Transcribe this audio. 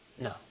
No